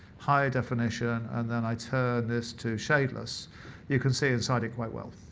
high definition, and then i turn this to shadeless you can say inside it quite well.